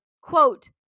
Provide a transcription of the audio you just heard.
quote